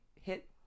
hit